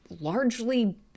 largely